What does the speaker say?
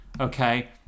okay